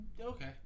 okay